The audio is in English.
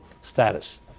status